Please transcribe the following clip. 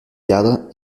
cadre